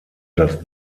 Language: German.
das